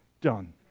Done